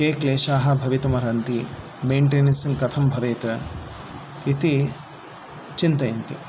के क्लेशाः भवितुमर्हन्ति मेय्ण्टेनन्स् कथं भवेत् इति चिन्तयन्ति